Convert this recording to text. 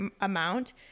amount